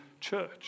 church